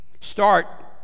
Start